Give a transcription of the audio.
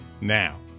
now